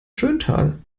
schöntal